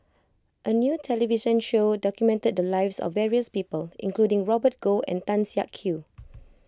a new television show documented the lives of various people including Robert Goh and Tan Siak Kew